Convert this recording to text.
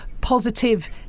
positive